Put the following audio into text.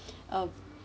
um